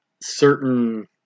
certain